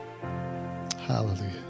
Hallelujah